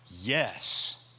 Yes